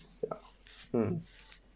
um